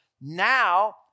Now